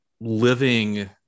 living